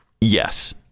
Yes